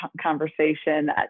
conversation